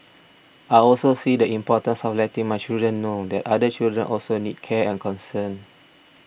I also see the importance of letting my children know that other children also need care and concern